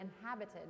inhabited